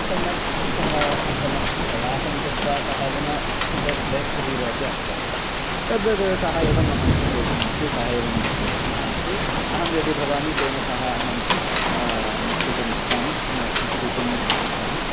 सम्यक् सः उत्तमं प्रयासं कृत्वा सः अधुना सुपर् बेस्ट् हिरोप अपि अभवत् तद्वद् सः एव मम इन्स्पिरेशन् अस्ति सः एव मम प्रेरकः अस्ति अहं यदि भवामि तेन सः अहं नर्तितुम् इच्छामि न नटितुम् इच्छामि